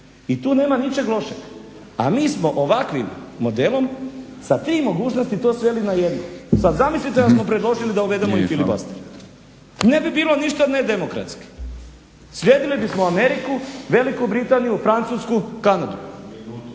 i tu nema ničeg lošeg. A mi smo ovakvim modelom sa tri mogućnosti to sveli na jedno. Sad zamislite da smo predložili da uvedemo i filibuster. Ne bi bilo ništa nedemokratski, slijedili bismo Ameriku, Veliku Britaniju, Francusku, Kanadu.